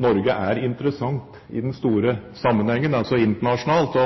Norge er interessant i den store sammenhengen – altså internasjonalt